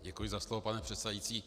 Děkuji za slovo, pane předsedající.